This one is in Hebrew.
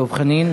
דב חנין?